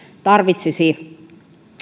tarvitsisi